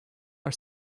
are